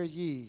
ye